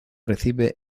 recibe